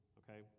okay